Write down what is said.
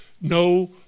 no